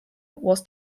was